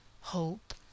hope